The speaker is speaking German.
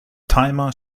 timer